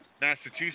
Massachusetts